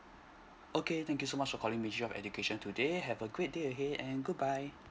okay thank you so much for calling ministry of education today have a great day ahead and goodbye